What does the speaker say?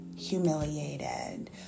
Humiliated